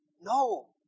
No